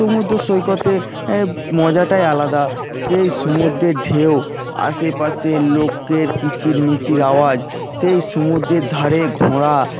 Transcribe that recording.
সমুদ্র সৈকতের মজাটাই আলাদা সেই সমুদ্রের ঢেউ আশেপাশের লোকের কিচির মিচির আওয়াজ সেই সমুদ্রের ধারে ঘোড়া